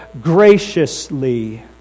graciously